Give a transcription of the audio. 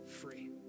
free